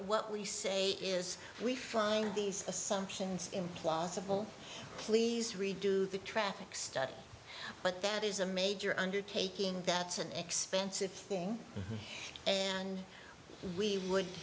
what we say is we find these assumptions implausible please redo the traffic study but that is a major undertaking that's an expensive thing and we would